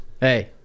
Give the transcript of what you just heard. hey